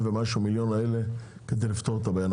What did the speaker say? ומשהו המיליון האלה כדי לפתור את הבעיה,